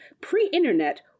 pre-internet